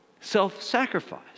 self-sacrifice